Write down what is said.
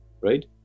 right